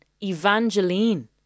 Evangeline